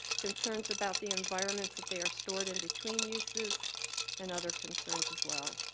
concerns about the environments that they are stored in between uses and other concerns as well.